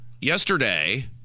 yesterday